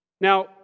Now